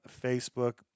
Facebook